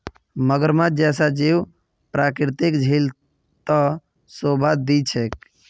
मगरमच्छ जैसा जीव प्राकृतिक झील त शोभा दी छेक